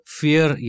fear